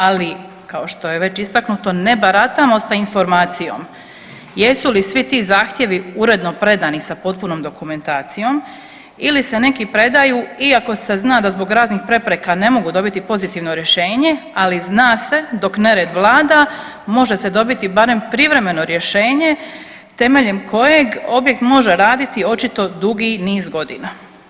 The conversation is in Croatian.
Ali kao što je već istaknuto, ne baratamo sa informacijom jesu li svi ti zahtjevi uredno predani sa potpunom dokumentacijom ili se neki predaju iako se zna da zbog raznih prepreka ne mogu dobiti pozitivno rješenje, ali zna se, dok nered vlada, može se dobiti barem privremeno rješenje temeljem kojeg objekt može raditi, očito dugi niz godina.